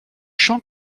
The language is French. champs